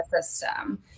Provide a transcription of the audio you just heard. system